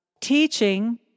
Teaching